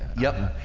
yeah,